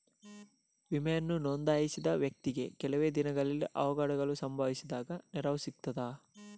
ವಿಮೆಯನ್ನು ನೋಂದಾಯಿಸಿದ ವ್ಯಕ್ತಿಗೆ ಕೆಲವೆ ದಿನಗಳಲ್ಲಿ ಅವಘಡಗಳು ಸಂಭವಿಸಿದಾಗ ನೆರವು ಸಿಗ್ತದ?